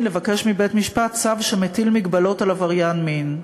לבקש מבית-משפט צו שמטיל הגבלות על עבריין מין,